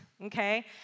okay